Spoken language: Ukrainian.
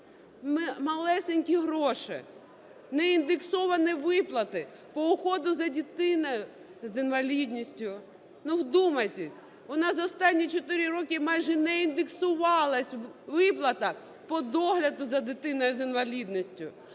малесенькі гроші, неіндексовані виплати по уходу за дитиною з інвалідністю - ну вдумайтесь, у нас останні 4 роки майже не індексувались виплати по догляду за дитиною з інвалідністю,